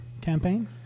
campaign